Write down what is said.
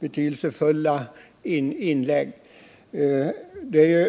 betydelsefulla inlägg.